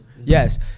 yes